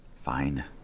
Fine